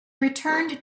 returned